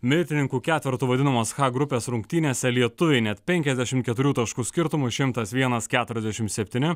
mirtininkų ketvertu vadinamos h grupės rungtynėse lietuviai net penkiasdešimt keturių taškų skirtumu šimtas vienas keturiasdešimt septyni